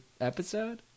episode